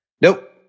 Nope